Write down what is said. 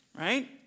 Right